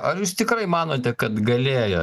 ar jūs tikrai manote kad galėjo